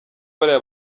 bariya